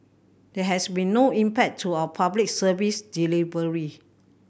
there has been no impact to our Public Service delivery